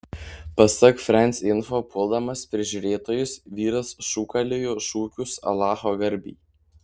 pasak france info puldamas prižiūrėtojus vyras šūkaliojo šūkius alacho garbei